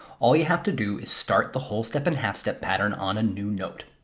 all you have to do is start the whole step and half step pattern on a new note.